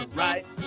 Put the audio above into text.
right